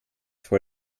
vor